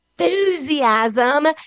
enthusiasm